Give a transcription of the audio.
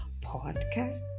podcast